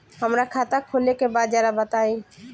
हमरा खाता खोले के बा जरा बताई